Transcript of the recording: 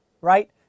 right